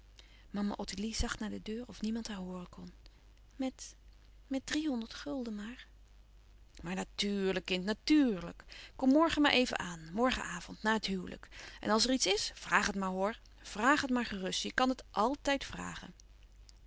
mama ottilie zag naar de deur of niemand haar hooren kon met met driehonderd gulden maar maar natuurlijk kind natuurlijk kom morgen maar even aan morgen avond na het huwelijk en als er iets is vraag het maar hoor vraag het maar gerust je kan het altijd vragen